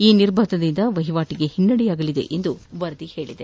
ಈ ನಿರ್ಬಂಧನೆಯಿಂದ ವಹಿವಾಟಗೆ ಹಿನ್ನೆಡೆಯಾಗಲಿದೆ ಎಂದು ವರದಿಯಾಗಿದೆ